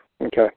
Okay